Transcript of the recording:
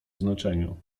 znaczeniu